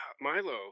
Milo